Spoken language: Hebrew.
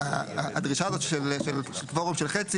הדרישה הזאת של פורום של חצי,